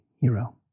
Hero